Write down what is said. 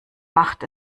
macht